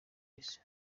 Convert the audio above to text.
isi